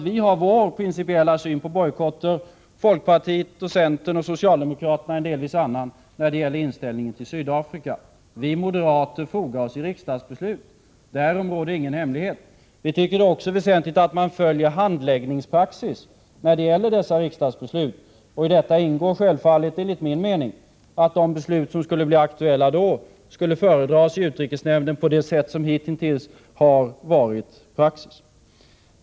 Vi har vår principiella syn på bojkotter, folkpartiet, centern och socialdemokraterna en delvis annan när det gäller inställningen till Sydafrika. Vi moderater fogar oss i riksdagsbeslut. Detta är ingen hemlighet. Vi tycker också att det är väsentligt att man följer handläggningspraxis när det gäller dessa riksdagsbeslut. I detta ingår självfallet — enligt min mening — att de beslut som skulle bli aktuella skulle föredras i utrikesnämnden på det sätt som hitintills varit praxis.